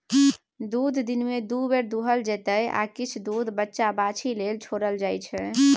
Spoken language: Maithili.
दुध दिनमे दु बेर दुहल जेतै आ किछ दुध बछ्छा बाछी लेल छोरल जाइ छै